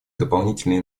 дополнительные